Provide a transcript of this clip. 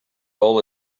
all